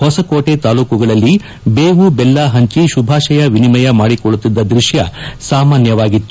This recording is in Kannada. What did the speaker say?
ಹೊಸಕೋಟೆ ತಾಲೂಕುಗಳಲ್ಲಿ ಬೇವು ದೆಲ್ಲ ಹಂಚಿ ಶುಭಾಶಯಗಳನ್ನು ವಿನಿಮಯ ಮಾಡಿಕೊಳ್ಳುತ್ತಿದ್ದ ದೃಶ್ಯ ಸಾಮಾನ್ಯವಾಗಿತ್ತು